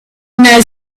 know